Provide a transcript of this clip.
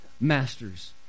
master's